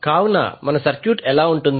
కావున మన సర్క్యూట్ ఎలా ఉంటుంది